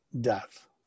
death